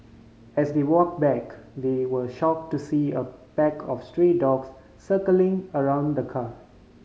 as they walk back they were shock to see a pack of stray dogs circling around the car